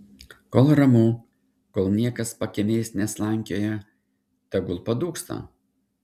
kol ramu kol niekas pakiemiais neslankioja tegul padūksta